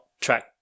track